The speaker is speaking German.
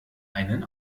einen